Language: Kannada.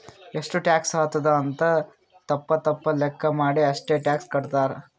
ಎಷ್ಟು ಟ್ಯಾಕ್ಸ್ ಆತ್ತುದ್ ಅಂತ್ ತಪ್ಪ ತಪ್ಪ ಲೆಕ್ಕಾ ಮಾಡಿ ಅಷ್ಟೇ ಟ್ಯಾಕ್ಸ್ ಕಟ್ತಾರ್